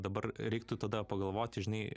dabar reiktų tada pagalvoti žinai